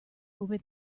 over